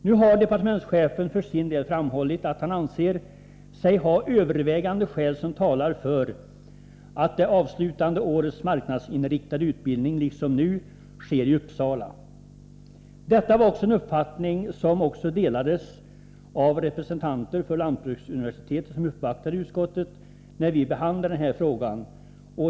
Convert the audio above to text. Nu har departementschefen för sin del framhållit att han anser sig ha övervägande skäl som talar för att det avslutande årets marknadsinriktade utbildning liksom nu sker i Uppsala. Detta var en uppfattning som också delades av representanter för lantbruksuniversitetet, som uppvaktade utskottet när vi behandlade den här frågan.